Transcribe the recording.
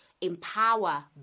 empower